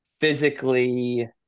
physically